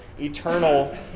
eternal